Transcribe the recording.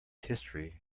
history